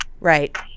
Right